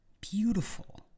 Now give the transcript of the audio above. beautiful